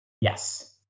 Yes